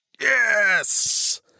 Yes